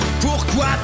Pourquoi